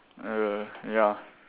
err ya